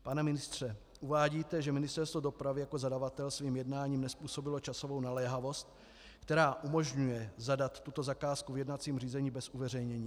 Pane ministře, uvádíte, že Ministerstvo dopravy jako zadavatel svým jednáním nezpůsobilo časovou naléhavost, která umožňuje zadat tuto zakázku v jednacím řízení bez uveřejnění.